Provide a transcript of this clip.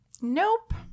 Nope